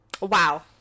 Wow